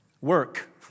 Work